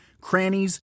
crannies